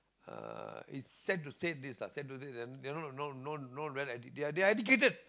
uh it's sad to say this sad to say they are no no no they're educated